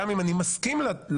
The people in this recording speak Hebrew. גם אם אני מסכים להצעות,